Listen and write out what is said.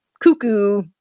cuckoo